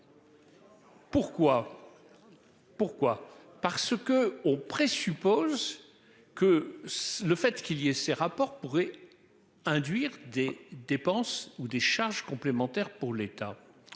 Pourquoi parce que oh présuppose. Que le fait qu'il y ait ces rapports pourrait. Induire des dépenses ou des charges complémentaires pour l'État.